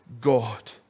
God